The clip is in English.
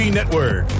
Network